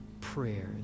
prayers